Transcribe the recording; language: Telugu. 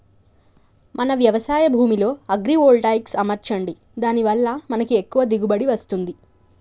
మన వ్యవసాయ భూమిలో అగ్రివోల్టాయిక్స్ అమర్చండి దాని వాళ్ళ మనకి ఎక్కువ దిగువబడి వస్తుంది